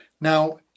Now